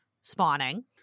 spawning